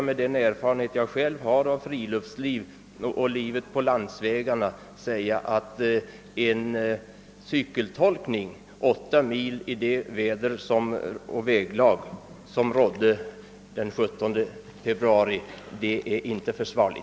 Med den erfarenhet jag själv har av friluftsliv och av trafiken på landsvägar anser jag emellertid att en cykeltolkning åtta mil i det väder och det väglag som rådde den 17 februari inte är försvarlig.